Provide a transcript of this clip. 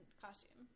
costume